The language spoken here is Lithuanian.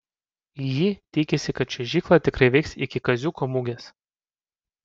ji tikisi kad čiuožykla tikrai veiks iki kaziuko mugės